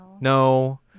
no